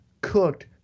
cooked